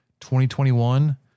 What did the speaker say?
2021